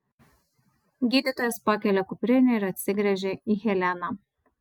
gydytojas pakelia kuprinę ir atsigręžia į heleną